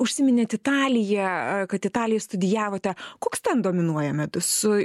užsiminėt italija a kad italijoj studijavote koks ten dominuoja medus u